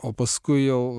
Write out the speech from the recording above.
o paskui jau